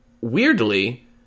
weirdly